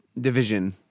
division